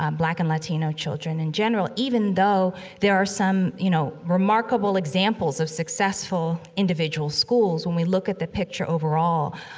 um black and latino children in general, even though there are some, you know, remarkable examples of successful individual schools when we look at the picture overall.